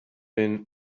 been